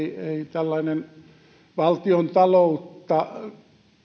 tällainen valtiontaloutta